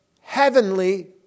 heavenly